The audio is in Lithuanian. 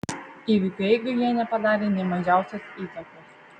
įvykių eigai jie nepadarė nė mažiausios įtakos